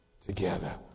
together